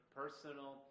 personal